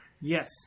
Yes